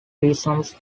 reasons